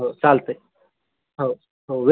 हो चालत आहे हो हो वे